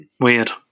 Weird